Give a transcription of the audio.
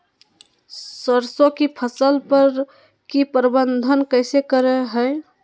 सरसों की फसल पर की प्रबंधन कैसे करें हैय?